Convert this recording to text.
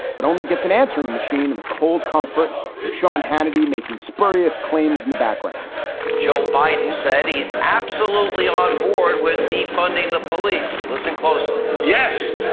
but only gets an answering machine. and the cold comfort of sean hannity making spurious claims in the background joe biden said he's absolutely on board with defunding the police. listen closely. yes,